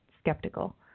skeptical